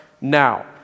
now